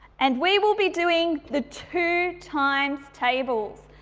and we will be doing the two times tables.